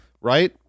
Right